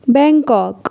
bank Kak